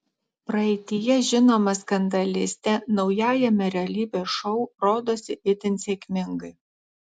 praeityje žinoma skandalistė naujajame realybės šou rodosi itin sėkmingai